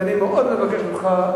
ואני מאוד מבקש ממך,